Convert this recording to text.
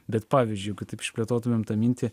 bet pavyzdžiui jeigu išplėtotume tą mintį